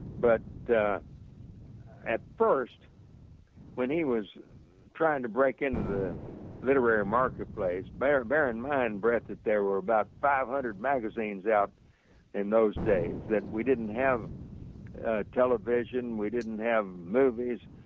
but at first when he was trying to break into the literary market place bear bear in mind brett that there were about five hundred magazines out in those days that we didn't have television, we didn't have movies,